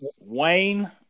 Wayne